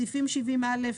סעיפים 70א,